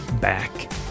back